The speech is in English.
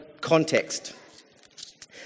context